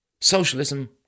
Socialism